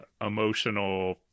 emotional